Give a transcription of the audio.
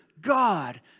God